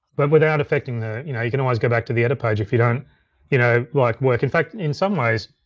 but without affecting the, you know you can always go back to the edit page if you don't you know like work, in fact, in some ways,